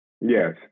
Yes